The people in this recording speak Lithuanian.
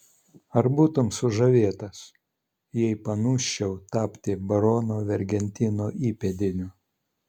ar būtum sužavėtas jei panūsčiau tapti barono vergentino įpėdiniu